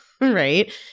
right